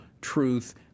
truth